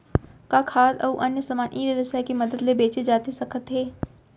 का खाद्य अऊ अन्य समान ई व्यवसाय के मदद ले बेचे जाथे सकथे?